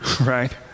right